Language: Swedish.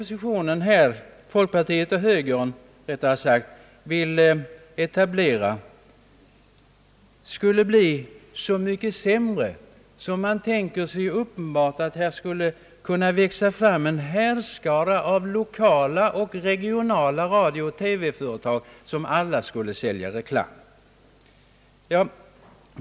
Det tillstånd som folkpartiet och högern nu vill etablera skulle bli så mycket sämre, då man uppenbarligen tänker sig att här skulle kunna växa fram en härskara av lokala och regionala radio och TV-företag som alla skulle sälja reklam.